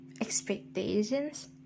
Expectations